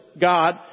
God